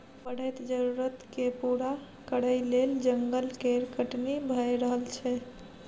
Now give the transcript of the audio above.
बढ़ैत जरुरत केँ पूरा करइ लेल जंगल केर कटनी भए रहल छै